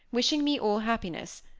wishing me all happiness,